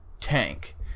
tank